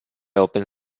open